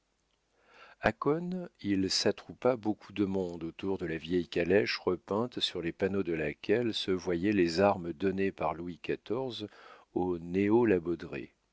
a cosne il s'attroupa beaucoup de monde autour de la vieille calèche repeinte sur les panneaux de laquelle se voyaient les armes données par louis xiv aux néo la